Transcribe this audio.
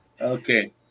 Okay